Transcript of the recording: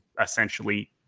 essentially